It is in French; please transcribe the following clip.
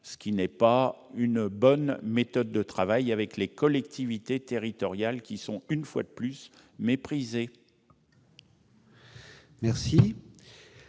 Ce n'est pas une bonne méthode de travail avec les collectivités territoriales, qui, une fois de plus, sont méprisées. La